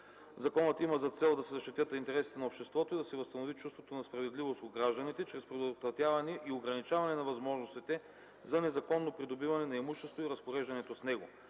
Законът има за цел да се защитят интересите на обществото и да се възстанови чувството на справедливост у гражданите чрез предотвратяване и ограничаване на възможностите за незаконно придобиване на имущество и разпореждането с него.